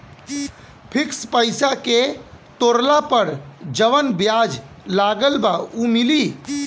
Fix पैसा के तोड़ला पर जवन ब्याज लगल बा उ मिली?